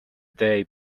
day